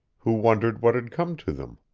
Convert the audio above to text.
who wondered what had come to them.